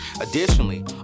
Additionally